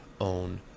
own